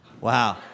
Wow